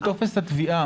בטופס התביעה.